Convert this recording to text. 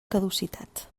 caducitat